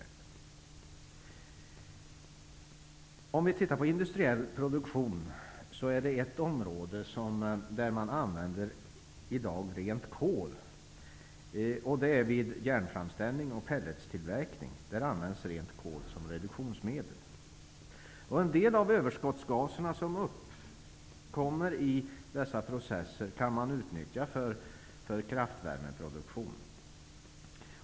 Inom ett område av den industriella produktionen använder man i dag på ett område rent kol, nämligen vid järnframställning och pelletstillverkning, där kolet används som reduktionsmedel. En del av de överskottsgaser som uppkommer i dessa processer kan utnyttjas för kraftvärmeproduktion.